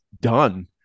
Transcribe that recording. done